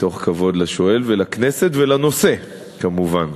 מתוך כבוד לשואל ולכנסת ולנושא, כמובן.